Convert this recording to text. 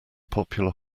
popular